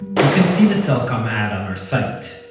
you can see the cellcom ad on our site,